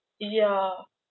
ya